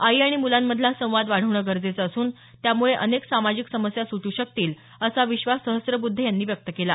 आई आणि मुलांमधला संवाद वाढवणं गरजेचं असून त्यामुळे अनेक सामाजिक समस्या सुटू शकतील असा विश्वास सहस्रबुद्धे यांनी व्यक्त केला